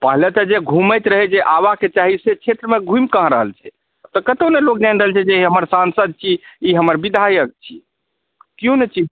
पहिले तऽ जे घुमैत रहै जे आबऽके चाही से ओहि क्षेत्रमे घुमि कहाँ रहल छै कतहुँ नहि लोक जानि रहल छै जे ई हमर साँसद छी ई हमर विधायक छी केओ नहि चिन्है छै